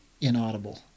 inaudible